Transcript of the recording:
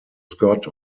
scott